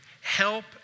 help